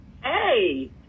Hey